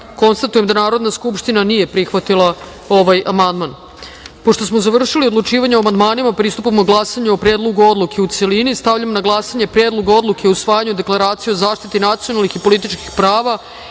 154.Konstatujem da Narodna skupština nije prihvatila ovaj amandman. Pošto smo završili odlučivanje o amandmanima pristupamo glasanju o Predlogu odluke u celini. Stavljam na glasanje Predlog odluke o usvajanju Deklaracije o zaštiti nacionalnih i političkih prava